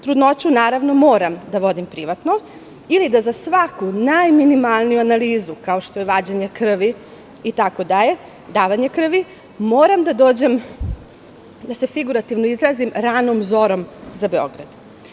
Trudnoću, naravno, moram da vodim privatno ili da za svaku najminimalniju analizu, kao što je vađenje krvi, davanje krvi, itd. moram da dođem, da se figurativno izrazim, ranom zorom za Beograd.